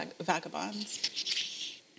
vagabonds